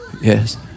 Yes